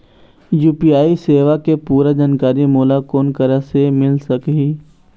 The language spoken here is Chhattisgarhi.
यू.पी.आई सेवा के पूरा जानकारी मोला कोन करा से मिल सकही?